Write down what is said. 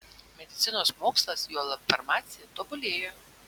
medicinos mokslas juolab farmacija tobulėja